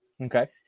Okay